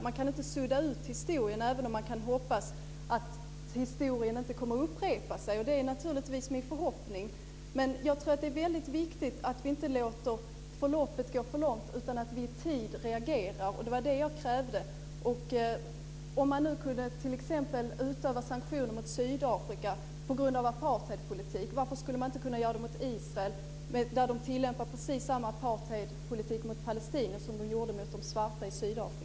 Man kan inte sudda ut historien, även om man kan hoppas att den inte kommer att upprepa sig. Det är naturligtvis min förhoppning. Jag tror dock att det är väldigt viktigt att vi inte låter förloppet gå för långt utan att vi i tid reagerar. Det var det jag krävde. Om vi nu t.ex. kunde utöva sanktioner mot Sydafrika på grund av apartheidpolitiken, varför skulle vi inte kunna göra det mot Israel när landet tillämpar precis samma apartheidpolitik mot palestinierna som man gjorde mot de svarta i